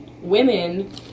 women